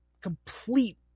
complete